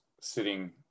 sitting